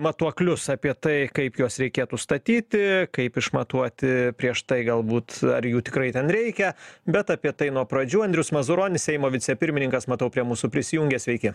matuoklius apie tai kaip juos reikėtų statyti kaip išmatuoti prieš tai galbūt ar jų tikrai ten reikia bet apie tai nuo pradžių andrius mazuronis seimo vicepirmininkas matau prie mūsų prisijungia sveiki